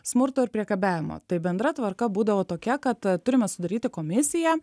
smurto ir priekabiavimo tai bendra tvarka būdavo tokia kad turime sudaryti komisiją